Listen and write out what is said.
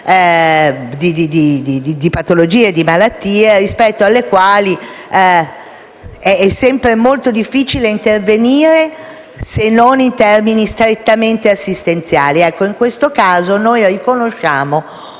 di patologie e di malattie rispetto alle quali è sempre molto difficile intervenire, se non in termini strettamente assistenziali. In questo caso noi riconosciamo